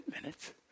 minutes